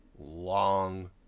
long